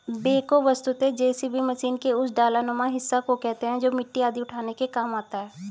backhoe वस्तुतः JCB machine के उस डालानुमा हिस्सा को कहते हैं जो मिट्टी आदि उठाने के काम आता है